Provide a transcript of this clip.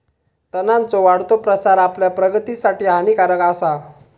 तणांचो वाढतो प्रसार आपल्या प्रगतीसाठी हानिकारक आसा